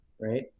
right